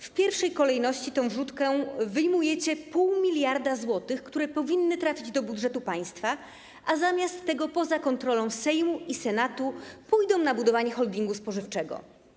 W pierwszej kolejności tą wrzutką wyjmujecie pół miliarda zł, które powinny trafić do budżetu państwa, a zamiast tego poza kontrolą Sejmu i Senatu pójdą na budowanie holdingu spożywczego.